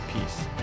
peace